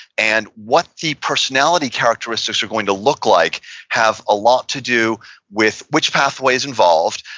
and what the personality characteristics are going to look like have a lot to do with which pathway is involved,